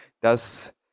dass